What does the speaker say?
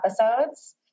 episodes